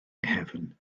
nghefn